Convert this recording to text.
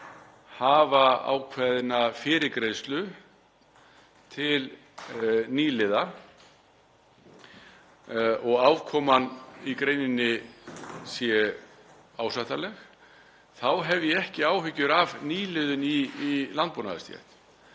hafa ákveðna fyrirgreiðslu til nýliða og að afkoman í greininni sé ásættanleg þá hef ég ekki áhyggjur af nýliðun í landbúnaðarstétt.